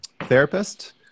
therapist